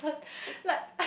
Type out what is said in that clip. like I